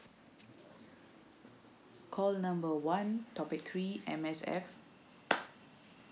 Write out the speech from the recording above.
call number one topic three M_S_F